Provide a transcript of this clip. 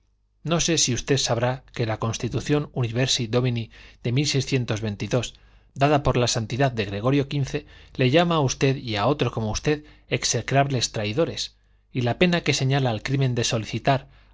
no sé si usted sabrá que la constitución universi domini de dada por la santidad de gregorio xv le llama a usted y a otro como usted execrables traidores y la pena que señala al crimen de solicitar